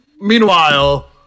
Meanwhile